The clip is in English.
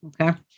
okay